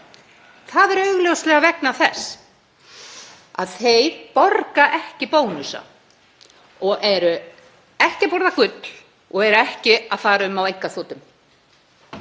Það er augljóslega vegna þess að þeir borga ekki bónusa og eru ekki að borða gull og fara ekki um á einkaþotum.